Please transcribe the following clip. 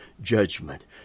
judgment